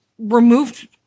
removed